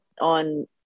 on